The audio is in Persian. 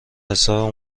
حساب